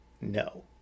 no